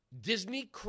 Disney